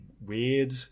weird